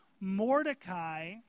Mordecai